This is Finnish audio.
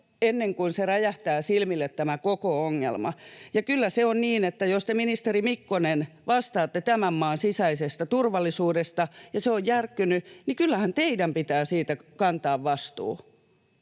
ongelma räjähtää silmille, ja kyllä se on niin, että jos te, ministeri Mikkonen, vastaatte tämän maan sisäisestä turvallisuudesta ja se on järkkynyt, niin kyllähän teidän pitää siitä kantaa vastuu